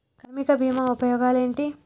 కార్మిక బీమా ఉపయోగాలేంటి?